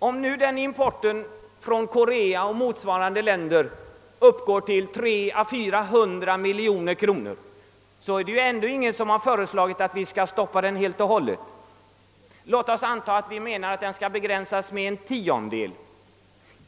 Även om importen från Korea och motsvarande länder uppgår till endast 300 å 400 miljoner kronor, är det ingen som föreslagit att vi helt skall stoppa denna import. Låt oss anta att man anser att denna export bör begränsas med en tiondel.